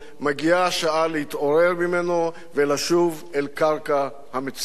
מגיעה השעה להתעורר ממנו ולשוב אל קרקע המציאות.